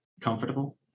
comfortable